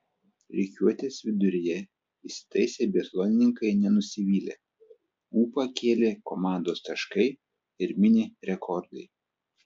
rikiuotės viduryje įsitaisę biatlonininkai nenusivylė ūpą kėlė komandos taškai ir mini rekordai